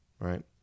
right